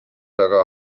aga